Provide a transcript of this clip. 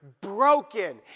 broken